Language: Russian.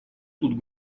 тут